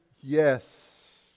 yes